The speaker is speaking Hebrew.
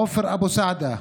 עופר אבו סעדה,